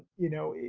you know,